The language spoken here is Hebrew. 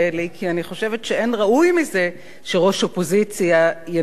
כי אני חושבת שאין ראוי מזה שראש אופוזיציה ינמק